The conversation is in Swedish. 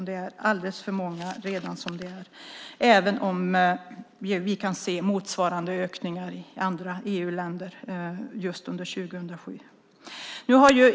Det är alldeles för många redan som det är, även om vi kan se motsvarande ökningar i andra EU-länder just under 2007.